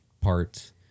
parts